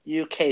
UK